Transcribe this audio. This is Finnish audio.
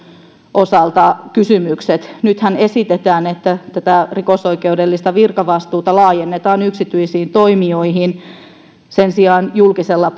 osalta nythän esitetään että tätä rikosoikeudellista virkavastuuta laajennetaan yksityisiin toimijoihin sen sijaan julkisella